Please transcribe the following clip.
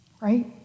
right